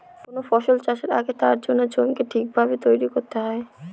কোন ফসল চাষের আগে তার জন্য জমিকে ঠিক ভাবে তৈরী করতে হয়